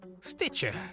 Stitcher